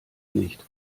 nicht